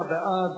46 בעד,